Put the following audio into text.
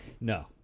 no